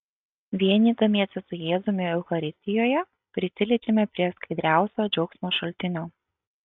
vienydamiesi su jėzumi eucharistijoje prisiliečiame prie skaidriausio džiaugsmo šaltinio